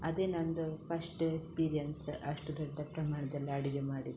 ಅದೇ ನಂದು first experience ಅಷ್ಟು ದೊಡ್ಡ ಪ್ರಮಾಣ್ದಲ್ಲಿ ಅಡುಗೆ ಮಾಡಿದ್ದು